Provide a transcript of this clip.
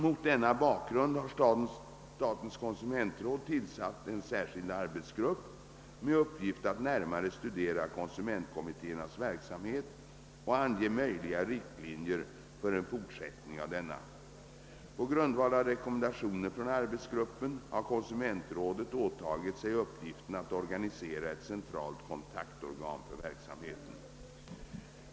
Mot denna bakgrund har statens konsumentråd tillsatt en särskild arbetsgrupp med uppgift att närmare studera konsumentkommittéernas verksamhet och ange möjliga riktlinjer för en fortsättning av denna. På grundval av rekommendationer från arbetsgruppen har konsumentrådet åtagit sig uppgiften att organisera ett centralt kontaktorgan för verksamheten.